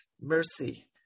mercy